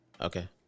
Okay